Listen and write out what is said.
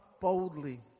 boldly